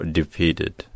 defeated